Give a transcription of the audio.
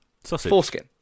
foreskin